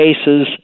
cases